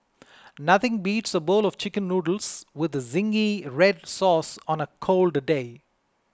nothing beats a bowl of Chicken Noodles with Zingy Red Sauce on a cold day